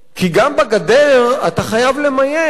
כי גם בגדר אתה חייב למיין.